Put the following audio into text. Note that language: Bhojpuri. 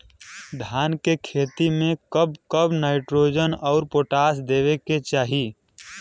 धान के खेती मे कब कब नाइट्रोजन अउर पोटाश देवे के चाही?